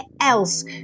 else